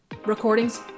Recordings